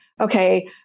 okay